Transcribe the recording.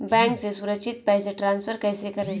Bank से सुरक्षित पैसे ट्रांसफर कैसे करें?